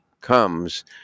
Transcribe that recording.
comes